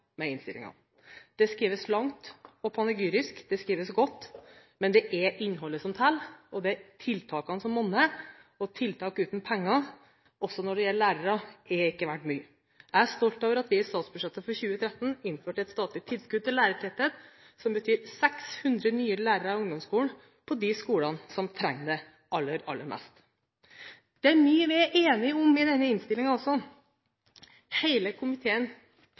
med innstillingen. Det skrives langt og panegyrisk, det skrives godt, men det er innholdet som teller. Og det er tiltakene som monner. Tiltak uten penger – også når det gjelder lærere – er ikke verdt mye. Jeg er stolt over at vi i statsbudsjettet for 2013 innførte et statlig tilskudd til lærertetthet, som betyr 600 nye lærere i de ungdomsskolene som trenger det aller, aller mest. Det er også mye vi er enige om i denne innstillingen. Hele komiteen